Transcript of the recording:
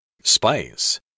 Spice